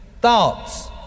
Thoughts